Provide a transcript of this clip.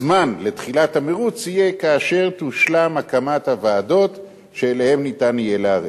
שתחילת המירוץ תהיה כאשר תושלם הקמת הוועדות שאליהן ניתן יהיה לערער.